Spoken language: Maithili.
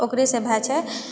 ओकरेसँ भए जाइ छै